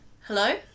hello